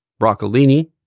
broccolini